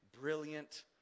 brilliant